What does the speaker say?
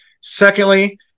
Secondly